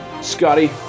Scotty